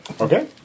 Okay